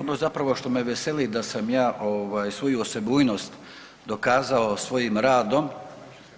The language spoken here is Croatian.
Ono što me veseli da sam ja svoju osebujnost dokazao svojim radom,